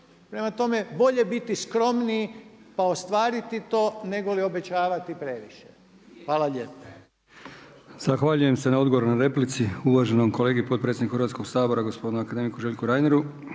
Prema tome, bolje biti skromniji pa ostvariti to negoli obećavati previše. Hvala lijepa.